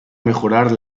mejorar